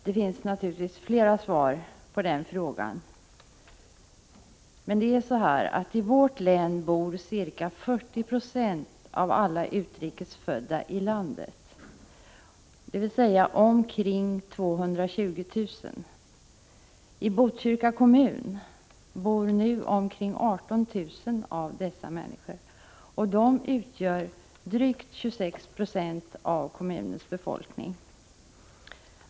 Det finns naturligtvis flera svar på den frågan, men ett är att ca 40 96 av alla utrikes födda i landet, dvs. omkring 220 000 personer, bor i vårt län. I Botkyrka kommun bor nu omkring 18 000 av dessa utrikes födda, och de utgör drygt 26 90 av kommunens befolkning.